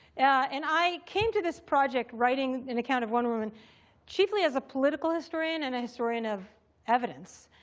and i came to this project writing an account of wonder woman chiefly as a political historian and a historian of evidence.